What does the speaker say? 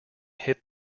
hit